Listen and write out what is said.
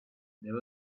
there